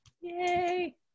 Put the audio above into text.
Yay